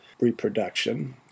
reproduction